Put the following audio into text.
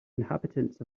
inhabitants